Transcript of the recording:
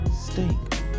stink